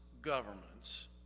governments